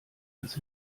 das